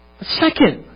second